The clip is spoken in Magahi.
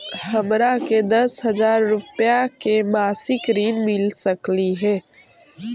हमरा के दस हजार रुपया के मासिक ऋण मिल सकली हे?